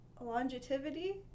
longevity